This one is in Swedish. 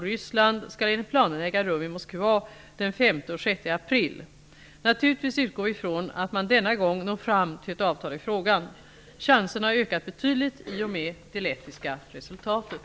Ryssland skall enligt planerna äga rum i Moskva den 5 och 6 april. Naturligtvis utgår vi från att man denna gång når fram till ett avtal i frågan. Chanserna har ökat betydligt i och med det lettiska resultatet.